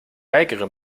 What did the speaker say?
weigere